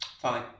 Fine